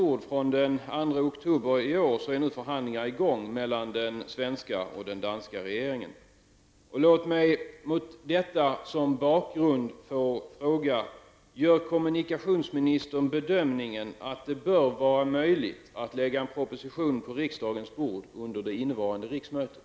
oktober i år är nu förhandlingar i gång mellan den svenska och den danska regeringen. Låt mig med detta såsom bakgrund fråga. Gör kommunikationsministern bedömningen att det bör vara möjligt att lägga en proposition på riksdagens bord under det innevarande riksmötet?